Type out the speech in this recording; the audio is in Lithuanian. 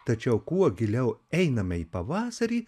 tačiau kuo giliau einame į pavasarį